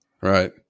Right